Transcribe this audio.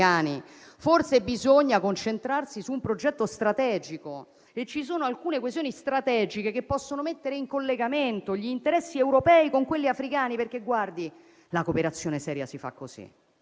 Forse bisogna concentrarsi su un progetto strategico e ci sono alcune questioni strategiche che possono mettere in collegamento gli interessi europei con quelli africani. La cooperazione seria si fa così: